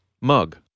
mug